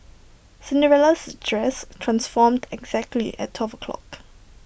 Cinderella's dress transformed exactly at twelve o' clock